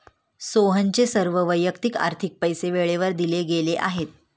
सोहनचे सर्व वैयक्तिक आर्थिक पैसे वेळेवर दिले गेले आहेत